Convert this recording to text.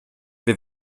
wir